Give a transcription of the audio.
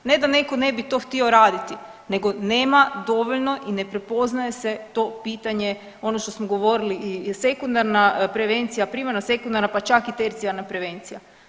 Ne da netko to ne bi htio raditi, nego nema dovoljno i ne prepoznaje se to pitanje ono što smo govorili i sekundarna prevencija, primarna, sekundarna pa čak i tercijarna prevencija.